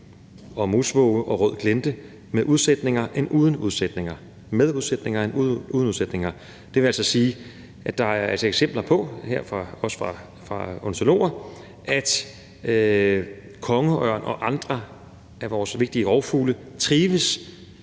og musvåge og rød glente med udsætninger end uden udsætninger. Det vil altså sige, at der er eksempler på, også fra ornitologer, at kongeørn og andre af vores vigtige rovfugle trives